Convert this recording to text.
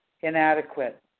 inadequate